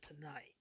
tonight